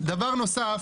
דבר נוסף,